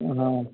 वहाँ